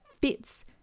fits